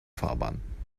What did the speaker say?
fahrbahn